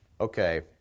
okay